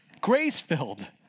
grace-filled